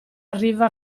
arriva